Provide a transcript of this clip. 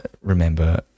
remember